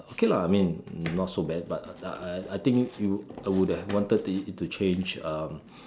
okay lah I mean not so bad but I I I I think you I would have wanted it to change um